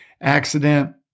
accident